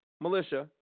militia